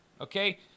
okay